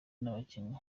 n’abakinnyi